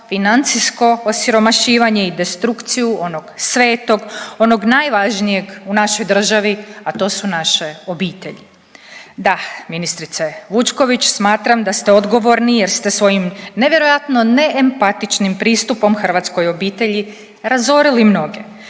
financijsko osiromašivanje i destrukciju onog svetog, onog najvažnijeg u našoj državi, a to su naše obitelji. Da, ministrice Vučković smatram da ste odgovorni jer ste svojim nevjerojatno ne empatičnim pristupom hrvatskoj obitelji razorili mnoge,